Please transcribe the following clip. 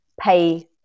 pay